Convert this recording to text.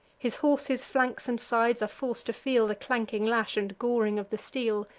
his horse's flanks and sides are forc'd to feel the clanking lash, and goring of the steel.